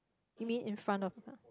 you mean in front of